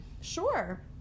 sure